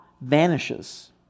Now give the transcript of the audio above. vanishes